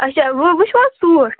اچھا وۄنۍ وُچھِوٕ حظ سوٗٹ